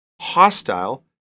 hostile